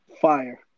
Fire